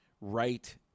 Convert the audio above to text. right